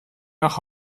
nach